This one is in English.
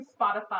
Spotify